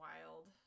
wild